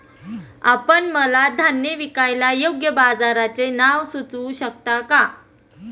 आपण मला धान्य विकायला योग्य बाजाराचे नाव सुचवू शकता का?